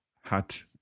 hat